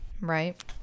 Right